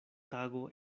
tago